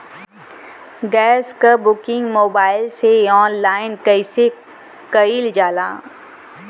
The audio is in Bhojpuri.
गैस क बुकिंग मोबाइल से ऑनलाइन कईसे कईल जाला?